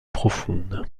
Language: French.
profondes